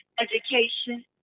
education